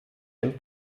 den